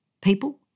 people